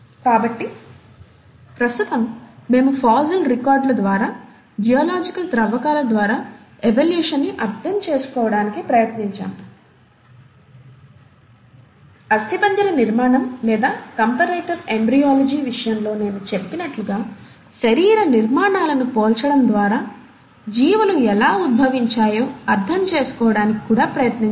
కాబట్టి ప్రస్తుతం మేము ఫాసిల్ రికార్డుల ద్వారా జియోలాజికల్ త్రవ్వకాల ద్వారా ఎవల్యూషన్ ని అర్థం చేసుకోవడానికి ప్రయత్నించాము అస్థిపంజర నిర్మాణం లేదా కంపరేటివ్ ఎంబ్రయోలజీ విషయంలో నేను చెప్పినట్లుగా శరీర నిర్మాణాలను పోల్చడం ద్వారా జీవులు ఎలా ఉద్భవించాయో అర్థం చేసుకోవడానికి కూడా ప్రయత్నించాము